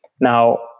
Now